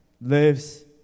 lives